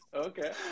okay